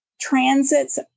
transits